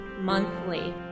monthly